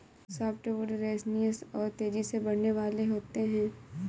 softwood resinous और तेजी से बढ़ने वाले होते हैं